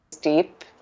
deep